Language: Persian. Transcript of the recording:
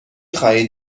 خواهید